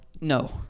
No